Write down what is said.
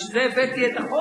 הרבה מאוד